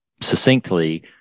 succinctly